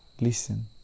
Listen